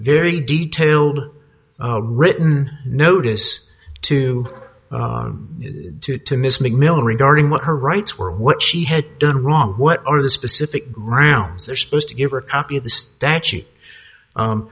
very detailed written notice to to to miss mcmillan regarding what her rights were what she had done wrong what are the specific rounds they're supposed to give her a copy of the statute